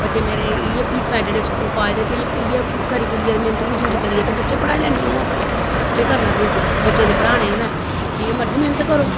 बच्चे मेरे इ'यै फीसां एह्ड्डे एह्ड्डे स्कूल पाए दे ते इ'यै करी करियै ते मैंह्नत मजूरी करियै बच्चे पढ़ाई लैन्नी अपने केह् करना फिर बच्चे ते पढ़ाने गै न जि'यां मर्जी मैंह्नत करो